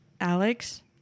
Alex